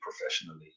professionally